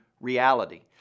reality